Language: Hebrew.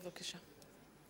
בבקשה.